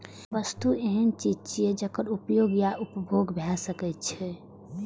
वस्तु एहन चीज छियै, जेकर उपयोग या उपभोग भए सकै छै